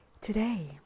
today